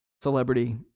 celebrity